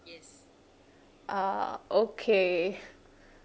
ah okay